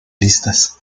listas